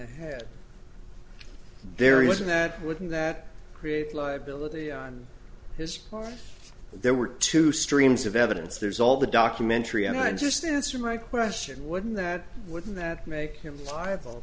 ahead there isn't that wouldn't that create liability on his part there were two streams of evidence there's all the documentary and i just answered my question wouldn't that wouldn't that make him liable